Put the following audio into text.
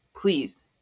please